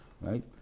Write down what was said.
right